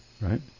Right